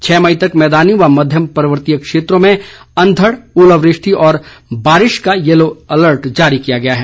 छह मई तक मैदानी व मध्यपर्वतीय क्षेत्रों में अंधड़ ओलावृष्टि व बारिश का येलो अलर्ट जारी किया गया है